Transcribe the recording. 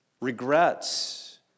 regrets